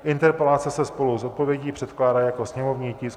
Interpelace se spolu s odpovědí předkládá jako sněmovní tisk 879.